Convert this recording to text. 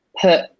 put